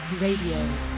Radio